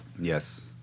yes